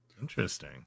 Interesting